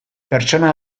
pertsona